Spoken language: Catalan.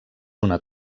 una